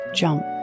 jump